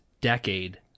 decade